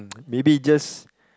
maybe just